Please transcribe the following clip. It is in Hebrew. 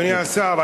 אדוני השר,